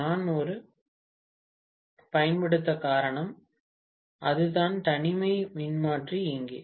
நாம் ஒரு பயன்படுத்த காரணம் அதுதான் தனிமை மின்மாற்றி இங்கே